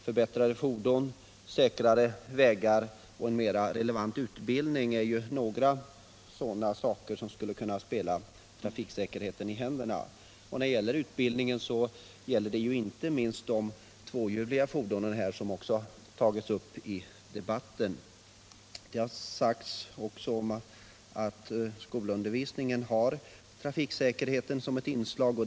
Förbättrade fordon, säkrare vägar och en mera relevant utbildning skulle kunna spela trafiksäkerheten i händerna. När det gäller utbildningen är det inte minst fråga om förare av tvåhjuliga fordon, något som också tagits upp här i debatten. Det har också sagts att trafiksäkerhetsarbete är ett inslag i skolundervisningen.